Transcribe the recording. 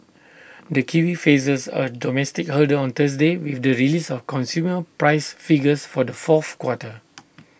the kiwi faces A domestic hurdle on Thursday with the release of consumer price figures for the fourth quarter